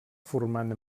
formant